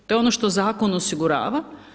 To je ono što zakon osigurava.